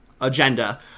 agenda